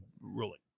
ruling